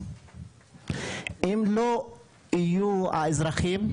אם לא היו האזרחים,